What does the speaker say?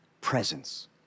Presence